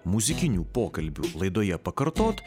muzikinių pokalbių laidoje pakartot